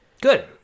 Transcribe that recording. Good